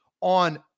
on